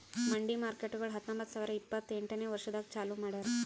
ಮಂಡಿ ಮಾರ್ಕೇಟ್ಗೊಳ್ ಹತೊಂಬತ್ತ ಸಾವಿರ ಇಪ್ಪತ್ತು ಎಂಟನೇ ವರ್ಷದಾಗ್ ಚಾಲೂ ಮಾಡ್ಯಾರ್